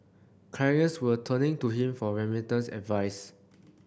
clients were turning to him for remittance advice